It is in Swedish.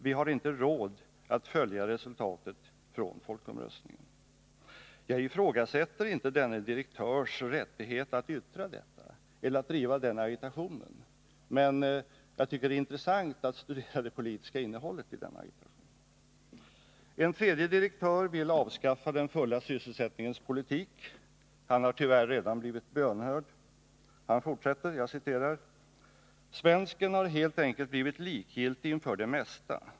Vi har inte råd att följa resultatet från folkomröstningen.” Jag ifrågasätter inte denne direktörs rättighet att göra detta yttrande eller att driva denna agitation, men jag tycker att det är intressant att studera det politiska innehållet i argumentationen. En tredje direktör vill avskaffa den fulla sysselsättningens politik. Han har tyvärr redan blivit bönhörd. Han fortsätter: ”Svensken har helt enkelt blivit likgiltig inför det mesta.